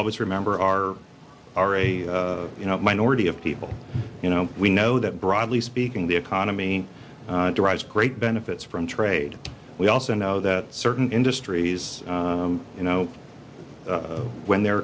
always remember our are a minority of people you know we know that broadly speaking the economy derives great benefits from trade we also know that certain industries you know when they're